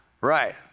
right